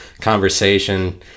conversation